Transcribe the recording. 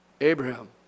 Abraham